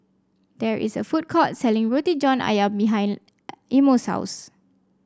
there is a food court selling Roti John ayam behind Imo's house